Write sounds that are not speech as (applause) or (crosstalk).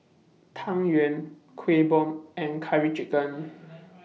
Tang Yuen Kueh Bom and Curry Chicken (noise)